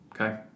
okay